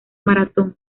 maratón